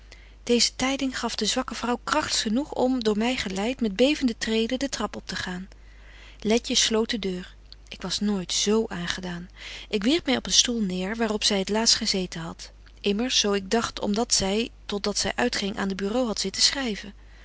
deeze tyding gaf de zwakke vrouw kragts genoeg om door my geleit met bevende treden den trap op te gaan letje sloot de deur ik was nooit zo aangedaan ik wierp my op den stoel neêr waar op zy het laatst gezeten hadt immers zo ik dagt om dat zy tot dat zy uitging aan de bureau hadt zitten schryven